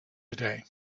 today